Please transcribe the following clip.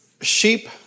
sheep